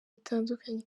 bitandukanye